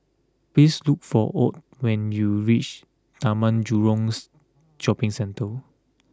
please look for Ott when you reach Taman Jurongs Shopping Centre